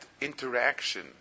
interaction